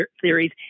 theories